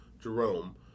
Jerome